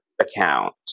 account